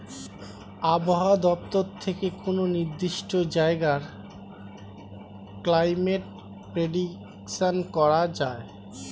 আবহাওয়া দপ্তর থেকে কোনো নির্দিষ্ট জায়গার ক্লাইমেট প্রেডিকশন করা যায়